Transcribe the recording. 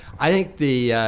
i think the